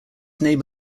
name